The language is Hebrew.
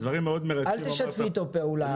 אל תשתפי איתו פעולה.